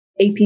AP